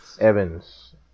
Evans